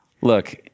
Look